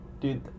Dude